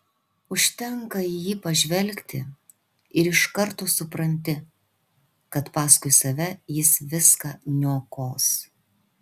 užtenka į jį pažvelgti ir iš karto supranti kad paskui save jis viską niokos